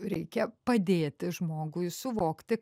reikia padėti žmogui suvokti